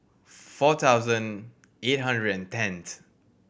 four thousand eight hundred and tenth